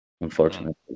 unfortunately